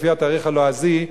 לפי התאריך הלועזי,